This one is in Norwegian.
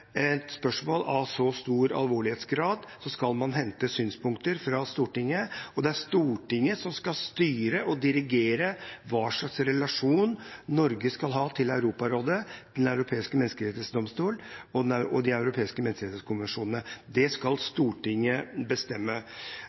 et spørsmål av så stor alvorlighetsgrad skal man hente synspunkter fra Stortinget. Det er Stortinget som skal styre og dirigere hva slags relasjon Norge skal ha til Europarådet, til Den europeiske menneskerettsdomstolen og til de europeiske menneskerettighetskonvensjonene. Det skal Stortinget bestemme.